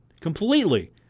Completely